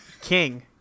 King